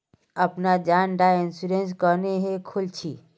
अपना जान डार इंश्योरेंस क्नेहे खोल छी?